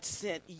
sent